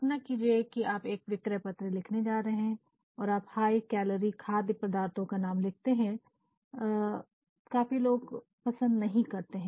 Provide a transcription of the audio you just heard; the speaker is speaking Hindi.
कल्पना कीजिए कि आप एक विक्रय पत्र लिखने जा रहे हैं और आप हाय कैलोरी खाद्य पदार्थों का नाम लिखते हैं काफी लोग पसंद नहीं करते